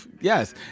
Yes